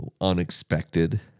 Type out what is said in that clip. unexpected